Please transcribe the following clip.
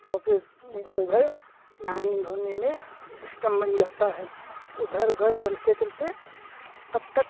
तो फिर इधर उधर नहाने धोने में सिस्टम बन जाता है उधर उधर चलते चलते तब तक